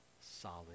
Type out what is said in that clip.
solid